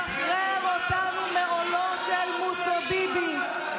שחרר אותנו מעולו של מוסוביבי,